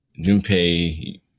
Junpei